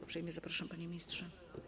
Uprzejmie zapraszam, panie ministrze.